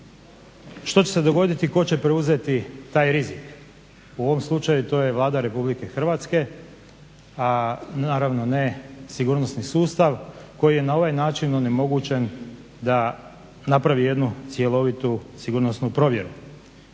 Što će se dogoditi i ko će preuzeti taj rizik. U ovom slučaju to je Vlada Republike Hrvatske, a naravno ne sigurnosni sustav koji je na ovaj način onemogućen da napravi jednu cjelovitu sigurnosnu provjeru.